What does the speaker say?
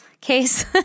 case